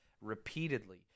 repeatedly